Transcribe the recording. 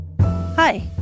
Hi